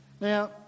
Now